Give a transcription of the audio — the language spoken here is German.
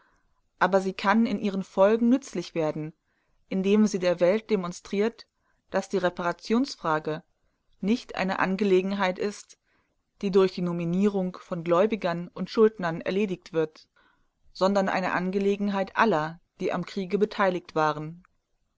aber sie kann in ihren folgen nützlich werden indem sie der welt demonstriert daß die reparationsfrage nicht eine angelegenheit ist die durch die nominierung von gläubigern und schuldnern erledigt wird sondern eine angelegenheit aller die am kriege beteiligt waren